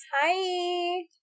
Hi